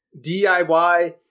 DIY